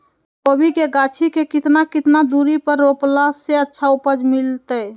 कोबी के गाछी के कितना कितना दूरी पर रोपला से अच्छा उपज मिलतैय?